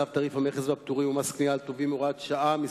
אני קובע שצו תעריף המכס והפטורים ומס קנייה על טובין (תיקון מס'